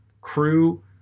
crew